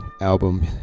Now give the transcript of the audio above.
album